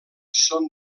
són